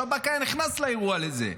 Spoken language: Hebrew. השב"כ היה נכנס לאירוע הזה.